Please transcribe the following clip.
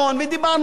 ושנינו,